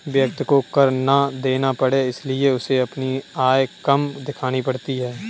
व्यक्ति को कर ना देना पड़े इसलिए उसे अपनी आय कम दिखानी पड़ती है